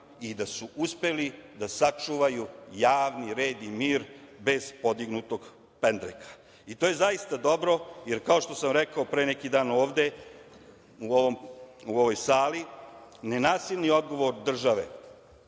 i da su uspeli da sačuvaju javni red i mir bez podignutog pendreka i to je zaista dobro, jer kao što sam rekao pre neki dan ovde u ovoj sali, nenasilni odgovor države